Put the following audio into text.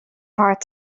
hard